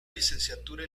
licenciatura